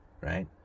right